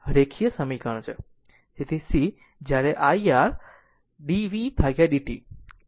તેથી c જ્યારે i r dbdt independent છે